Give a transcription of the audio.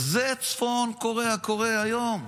זה בצפון קוריאה קורה היום.